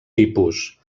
tipus